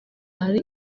ari